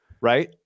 right